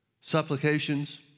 Supplications